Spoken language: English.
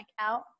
out